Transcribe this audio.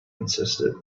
insisted